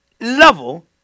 level